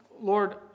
Lord